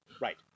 right